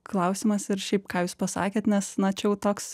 klausimas ir šiaip ką jūs pasakėt nes na čia jau toks